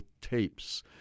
tapes